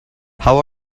how